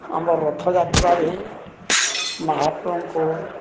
ଆମ ରଥଯାତ୍ରାରେ ମହାପ୍ରଭୁଙ୍କୁ